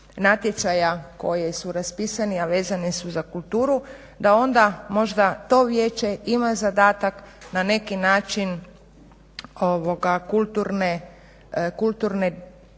natječaja koji su raspisani, a vezani su za kulturu da onda možda to vijeće ima zadatak na neki način kulturne